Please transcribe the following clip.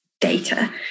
data